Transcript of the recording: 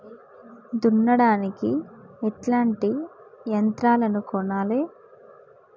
దున్నడానికి ఎట్లాంటి యంత్రాలను కొనాలే?